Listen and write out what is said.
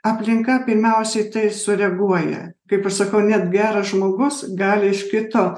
aplinka pirmiausiai į tai sureaguoja kaip aš sakau net geras žmogus gali iš kito